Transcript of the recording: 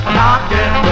knocking